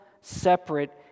separate